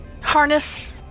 harness